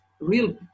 real